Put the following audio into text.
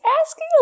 asking